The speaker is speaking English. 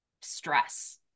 stress